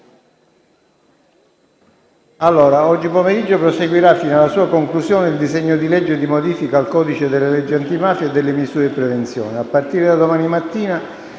agosto. Oggi pomeriggio proseguirà fino alla sua conclusione il disegno di legge di modifica al codice delle leggi antimafia e delle misure di prevenzione. A partire da domani mattina